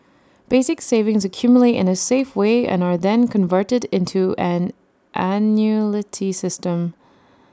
basic savings accumulate in A safe way and are then converted into an system